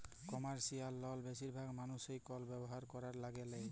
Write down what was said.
commercial লল বেশিরভাগ মালুস কল ব্যবসা ক্যরার ল্যাগে লেই